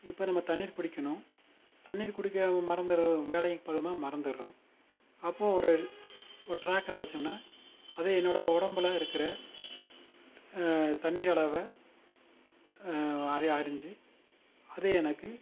இப்போ நம்ம தண்ணீர் குடிக்கணும் தண்ணீர் குடிக்கிற மறந்துடுற வேலைப்பளுனால் மறந்துடுறோம் அப்போ ஒரு ஒரு ட்ராக்கரை வச்சோம்னா அது என்னோட ஒடம்பில் இருக்கிற தண்ணீர் அளவை அதை அறிந்து அதை எனக்கு